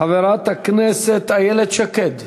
חברת הכנסת איילת שקד.